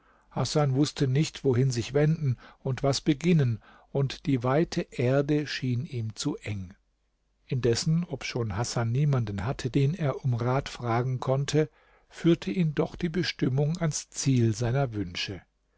hasan wußte nicht wohin sich wenden und was beginnen und die weite erde schien ihm zu eng indessen obschon hasan niemanden hatte den er um rat fragen konnte führte ihn doch die bestimmung ans ziel seiner wünsche